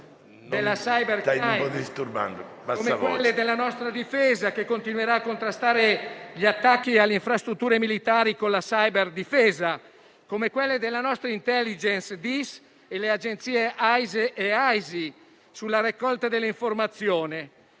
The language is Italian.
...come quelle della nostra difesa, che continuerà a contrastare gli attacchi alle infrastrutture militari con la cyberdifesa e come quelle della nostra *intelligence*, il DIS e le Agenzie AISE e AISI, sulla raccolta delle informazioni.